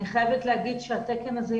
אני חייבת להגיד שהתקן הזה,